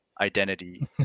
identity